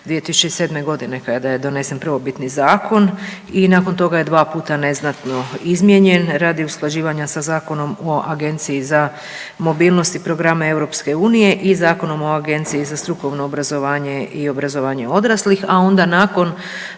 2007. godine kada je donesen prvobitni zakon i nakon toga je 2 puta neznatno izmijenjen radi usklađivanja sa Zakonom o Agenciji za mobilnost i programe EU i Zakonom o Agenciji za strukovno obrazovanje i obrazovanje odraslih, a onda nakon